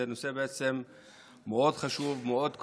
זה נושא מאוד חשוב, מאוד כואב,